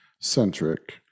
centric